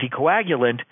anticoagulant